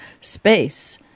space